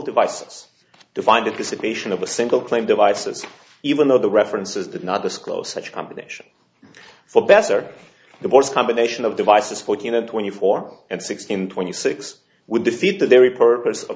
devices to find that the situation of a single claim devices even though the references did not disclose such competition for better the most combination of devices fourteen of twenty four and sixty in twenty six would defeat the very purpose of